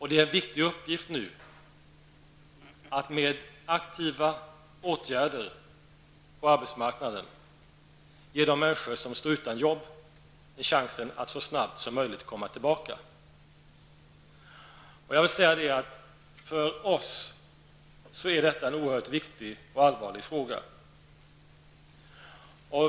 Det är en viktig uppgift nu att med aktiva åtgärder på arbetsmarknaden ge de människor som står utan jobb chansen att så snabbt som möjligt komma tillbaka. För oss är detta en oerhört viktig och allvarlig fråga.